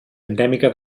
endèmica